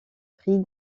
prix